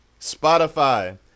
Spotify